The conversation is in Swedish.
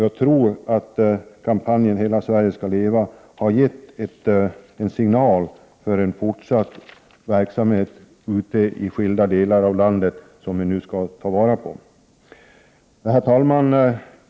Jag tror kampanjen ”Hela Sverige ska leva” har gett en signal för en fortsatt verksamhet ute i skilda delar av landet som vi nu bör ta vara på. Herr talman!